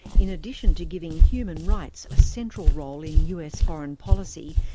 in addition to giving human rights a central role in us foreign policy,